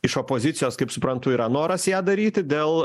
iš opozicijos kaip suprantu yra noras ją daryti dėl